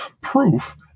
proof